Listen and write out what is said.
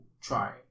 try